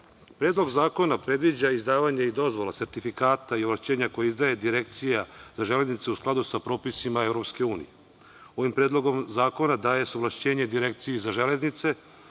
zakona predviđa izdavanja i dozvola, sertifikata i ovlašćenja koje izdaje Direkcija za železnicu u skladu sa propisima EU. Ovim predlogom zakona daje se ovlašćenje Direkciji za železnice